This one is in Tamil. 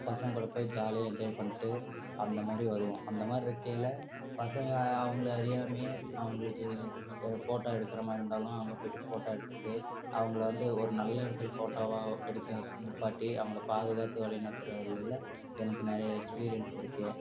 பசங்கக்கூட போய் ஜாலியாக என்ஜாய் பண்ணிட்டு அந்தமாதிரி வருவோம் அந்தமாதிரி இருக்கையில் பசங்கள் அவங்களை அறியாமையே அவங்களுக்கு ஃபோட்டோ எடுக்கிறமாரி இருந்தாலும் அங்கே போய்ட்டு ஃபோட்டோ எடுத்துகிட்டு அவங்களை வந்து ஒரு நல்ல இடத்துல ஃபோட்டாவாக எடுக்கிறக்கு நிற்பாட்டி அவங்களை பாதுகாத்து வழிநடத்துகிறதுல எனக்கு நிறைய எக்ஸ்பீரியன்ஸ் இருக்குது